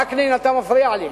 וקנין, אתה מפריע לי.